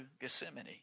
Gethsemane